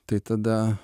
tai tada